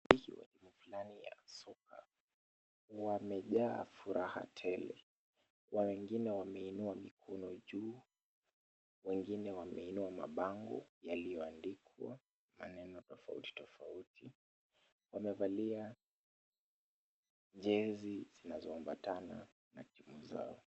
Mashabiki wa timu fulani ya soka wamejaa furaha tele. Wengine wameinua mikono juu, wengine wameinua mabango yaliyoandikwa maneno tofauti tofauti. Wamevalia jezi zinazoambatana na timu zao.